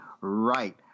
right